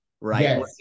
right